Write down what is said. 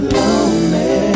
lonely